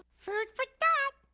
food for thought.